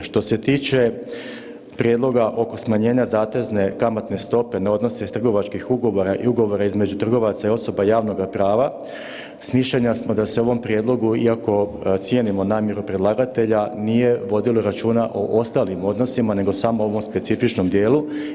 Što se tiče prijedloga oko smanjenja zatezne kamatne stope na odnose iz trgovačkih ugovora i ugovora između trgovaca i osoba javnoga prava, mišljenja smo da se u ovom prijedlogu, iako cijenimo namjeru predlagatelja, nije vodilo računa o ostalim odnosima nego samo u ovom specifičnom dijelu.